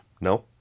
No